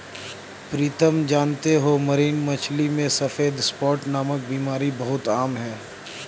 प्रीतम जानते हो मरीन मछली में सफेद स्पॉट नामक बीमारी बहुत आम है